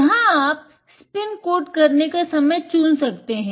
यहाँ आप spin coat करने का समय चुन सकते हैं